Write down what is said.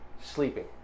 sleeping